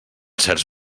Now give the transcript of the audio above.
certs